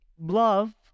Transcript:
Love